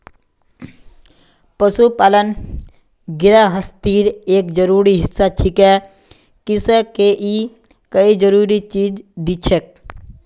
पशुपालन गिरहस्तीर एक जरूरी हिस्सा छिके किसअ के ई कई जरूरी चीज दिछेक